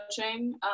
coaching